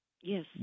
Yes